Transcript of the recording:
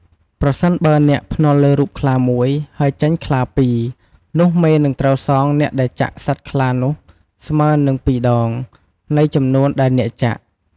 ប្រសិនបើអ្នកភ្នាល់លើរូបខ្លាមួយ ហើយចេញខ្លាពីរ នោះមេនឹងត្រូវសងអ្នកដែលចាក់សត្វខ្លានោះស្មើនឹង ២ដង នៃចំនួនដែលចាក់។